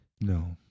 No